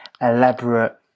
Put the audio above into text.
elaborate